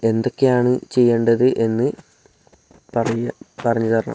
എന്തൊക്കെയാണ് ചെയ്യേണ്ടത് എന്ന് പറഞ്ഞ് പറഞ്ഞ് തരണം